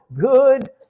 good